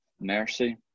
mercy